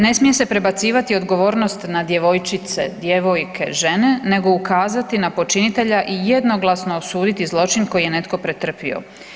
Ne smije se prebacivati odgovornost na djevojčice, djevojke, žene nego ukazati na počinitelja i jednoglasno osuditi zločin koji je netko pretrpio.